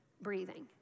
breathing